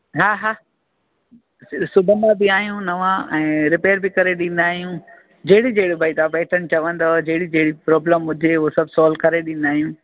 हा हा सिबंदा बि आहियूं नवा ऐं रिपेयर बि करे ॾींदा आहियूं जहिड़ी बि तव्हां पैटन चवंदो जहिड़ी बि प्रोब्लम हुजे हुअ सभु सोल्व करे ॾींदा आहियूं